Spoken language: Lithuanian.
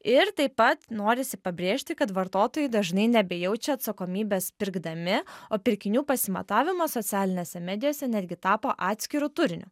ir taip pat norisi pabrėžti kad vartotojai dažnai nebejaučia atsakomybės pirkdami o pirkinių pasimatavimas socialinėse medijose netgi tapo atskiru turiniu